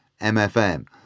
MFM